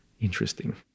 interesting